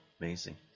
amazing